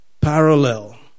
parallel